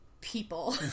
people